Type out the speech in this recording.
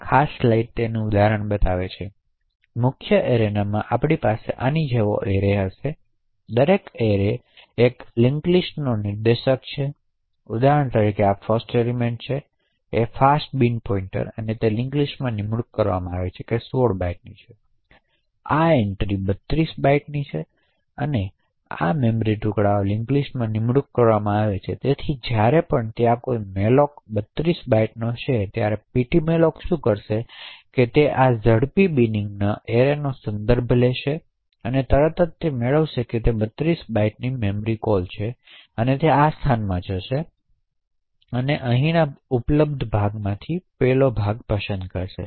આ ખાસ સ્લાઇડ તેનું ઉદાહરણ બતાવે છે તેથી મુખ્ય એરેનામાં આપણી પાસે આની જેવો એરે હશે અને દરેક એરે એક લિંક્સ લિસ્ટનો નિર્દેશક છે ઉદાહરણ તરીકે આ 1st એલિમેન્ટ છે ફાસ્ટ બીન પોઇંટર અને તેના લિંક્સ લિસ્ટમાં નિમણૂક કરવામાં આવે છે જે 16 બાઇટ્સની છે આ એન્ટ્રી 32 બાઇટ્સ અને તેથી વધુની મેમરી ટુકડાઓની લિંક્સ લિસ્ટમાં નિમણૂક કરવામાં આવે છે તેથી જ્યારે પણ ત્યાં કોઈ મેલોક 32 બાઇટ્સ કહે છે ત્યારે પીટીમલોક શું કરશે તે છે કે તે આ ઝડપી બીનીંગના એરેનો સંદર્ભ લેશે તે તરત જ મેળવશે કે તે 32 બાઇટની વિનંતી છે કે તે આ સ્થાનમાં જાય છે અને તે અહીંઉપલબ્ધ ભાગ પસંદ કરશે